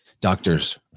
doctors